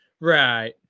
Right